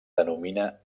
denomina